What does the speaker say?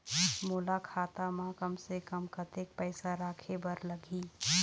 मोला खाता म कम से कम कतेक पैसा रखे बर लगही?